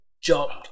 jump